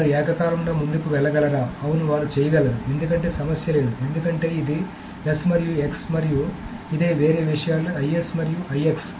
వారు ఏకకాలంలో ముందుకు వెళ్లగలరా అవును వారు చేయగలరు ఎందుకంటే సమస్య లేదు ఎందుకంటే ఇది S మరియు X మరియు ఇది వేరే విషయాలు IS మరియు IX